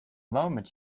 moment